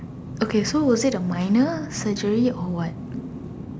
okay so will say the minor surgery or what